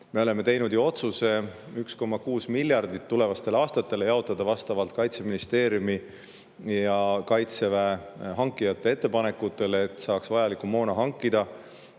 Me oleme teinud ju otsuse 1,6 miljardit tulevastel aastatel jaotada vastavalt Kaitseministeeriumi ja Kaitseväe hankijate ettepanekutele, et saaks hankida vajalikku moona, mida